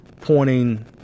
pointing